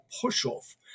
push-off